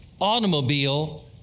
automobile